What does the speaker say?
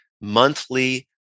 monthly